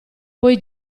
poi